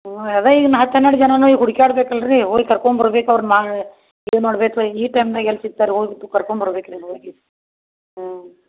ಹ್ಞೂ ಅದೆ ಈಗ ನಾ ಹತ್ತು ಹನ್ನೆರಡು ಜನಾನು ಈಗ ಹುಡ್ಕ್ಯಾಡ ಬೇಕಲ್ಲ ರೀ ಹೋಗಿ ಕರ್ಕೊಮ್ ಬರ್ಬೇಕು ಅವ್ರು ಮಾ ಇದೆ ಮಾಡಬೇಕು ಈ ಟೈಮ್ನ್ಯಾಗ ಎಲ್ಲಿ ಸಿಗ್ತಾರೆ ಹೋಗಿಬಿಟ್ಟು ಕರ್ಕೊಮ್ ಬರ್ಬೇಕು ರೀ ಹೋಗಿ ಹ್ಞೂ